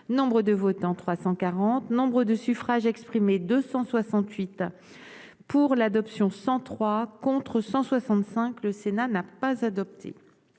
nombre de votants 340 Nombre de suffrages exprimés 268 pour l'adoption 103 contre 165, le Sénat n'a pas adopté